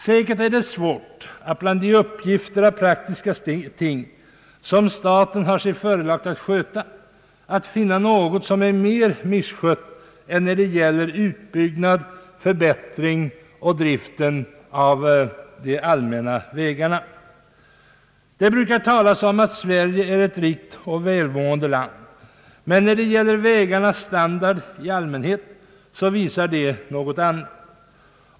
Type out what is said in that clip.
Säkert är det svårt att bland de praktiska uppgifter staten har sig förelagda finna någon som är mer misskött än utbyggnad, förbättring och drift av de allmänna vägarna. Det brukar talas om att Sverige är ett rikt och välmående land, men när det gäller vägarnas standard i allmänhet är det annorlunda.